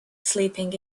sleeping